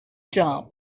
jump